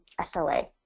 SLA